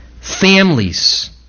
families